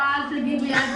אחרי ארבעה חודשים.